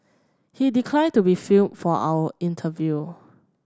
he declined to be filmed for our interview